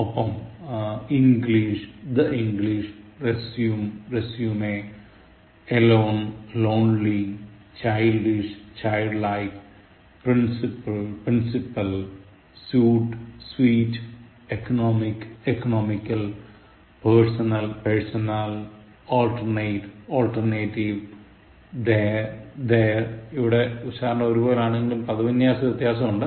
ഒപ്പം English the English resume résumé alone lonely childish childlike principle principal suit suite economic economical personal personnel alternate alternative there their ഇവിടെ ഉച്ചാരണം ഒരുപോലെയാണെങ്കിലും പദവിന്യാസത്തിൽ വ്യത്യാസമുണ്ട്